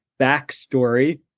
backstory